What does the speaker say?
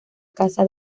casa